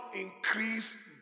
increase